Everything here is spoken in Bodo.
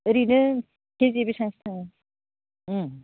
ओरैनो केजि बेसेबांसो लागोन